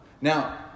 Now